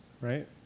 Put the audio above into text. right